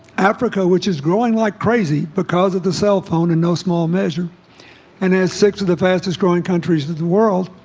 africa which is growing like crazy because of the cell phone in no small measure and as six of the fastest growing countries in the world